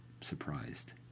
surprised